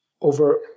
over